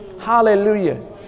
Hallelujah